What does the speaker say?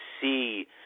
see